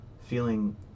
feeling